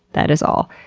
that is all.